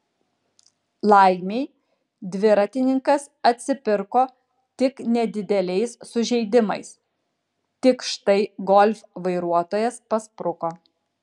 laimei dviratininkas atsipirko tik nedideliais sužeidimais tik štai golf vairuotojas paspruko